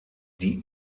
die